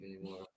anymore